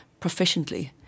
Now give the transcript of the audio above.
proficiently